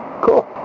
Cool